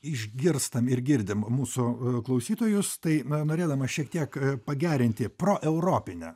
išgirstam ir girdim mūsų klausytojus tai norėdamas šiek tiek pagerinti pro europinę